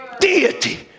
Deity